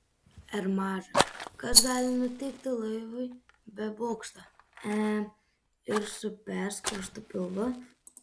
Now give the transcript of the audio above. ar maža kas gali nutikti laivui be bokšto e ir su perskrostu pilvu